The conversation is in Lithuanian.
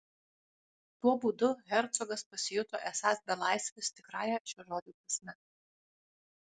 tuo būdu hercogas pasijuto esąs belaisvis tikrąja šio žodžio prasme